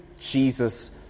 Jesus